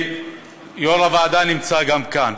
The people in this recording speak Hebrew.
גם יו"ר הוועדה נמצא כאן.